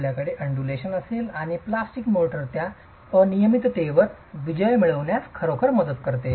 आपल्याकडे अंडर्युलेशन असेल आणि प्लास्टिक मोर्टार त्या अनियमिततेवर विजय मिळविण्यास खरोखर मदत करते